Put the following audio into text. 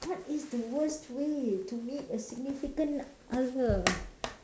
what is the worst way to meet a significant other